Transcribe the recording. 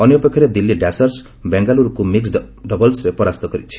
ଅନ୍ୟପକ୍ଷରେ ଦିଲ୍ଲୀ ଡ୍ୟାସର୍ସ ବେଙ୍ଗାଲୁରୁକୁ ମିକୁଡ୍ ଡବଲ୍ସ୍ରେ ପରାସ୍ତ କରିଛି